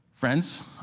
Friends